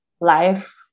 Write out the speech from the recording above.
life